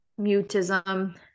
mutism